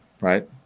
right